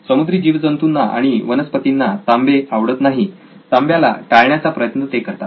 समुद्री जीवजंतूंना आणि वनस्पतींना तांबे आवडत नाही तांब्याला टाळण्याचा प्रयत्न ते करतात